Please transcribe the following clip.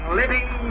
living